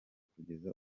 kugeza